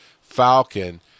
Falcon